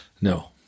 No